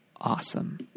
awesome